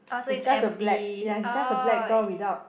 they shut the black ya they shut the black door without